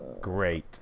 Great